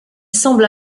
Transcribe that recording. semble